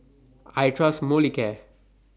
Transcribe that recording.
I Trust Molicare